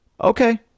okay